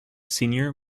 senior